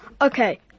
Okay